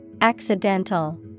Accidental